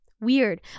weird